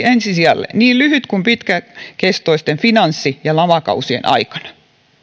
ensi sijalle niin lyhyt kuin pitkäkestoisten finanssi ja lamakausien aikana